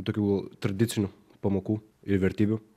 tokių tradicinių pamokų ir vertybių